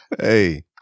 Hey